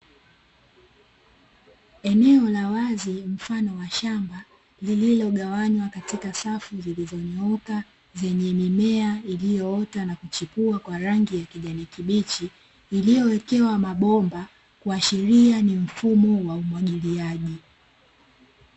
Eneo la wazi mfano wa shamba lililoganwanywa katika safu zilizonyooka zenye mimea iliyoota na kuchipua kwa rangi ya kijani kibichi iliyowekewa mabomba kuashiria ni mfumo wa umwagiliaji.